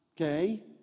okay